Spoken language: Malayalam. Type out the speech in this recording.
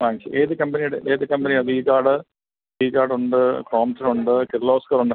വാങ്ങിച്ചു ഏത് കമ്പനിയുടെ ഏത് കമ്പനിയാ വി ഗാർഡ് വി ഗാർഡുണ്ട് തോംസണുണ്ട് കിർലോസ്കറുണ്ട്